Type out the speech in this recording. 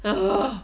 err